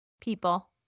people